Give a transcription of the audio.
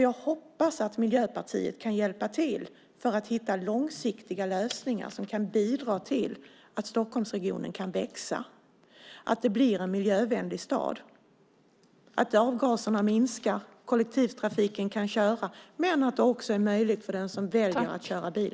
Jag hoppas att Miljöpartiet kan hjälpa till så att vi hittar långsiktiga lösningar som bidrar till att Stockholmsregionen kan växa, att Stockholm blir en miljövänlig stad, att avgaserna minskar, att kollektivtrafiken kan köra samt att det även blir möjligt för den som så önskar att köra bil.